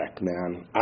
man